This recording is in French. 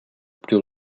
plus